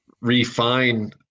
refine